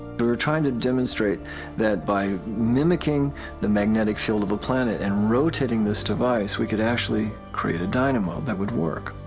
were trying to demonstrate that by mimicking the magnetic field of a planet and rotating this device we can actually create a dynamo that would work.